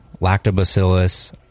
lactobacillus